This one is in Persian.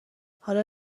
حالا